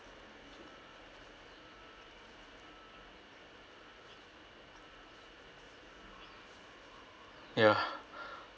yeah